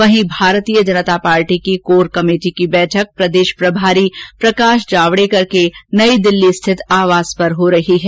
वहीं भारतीय जनता पार्टी की core committee की बैठक प्रदेश प्रभारी प्रकाश जावडेकर के नई दिल्ली आवास पर हो रही है